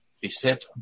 beset